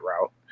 route